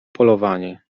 polowanie